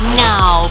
now